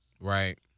Right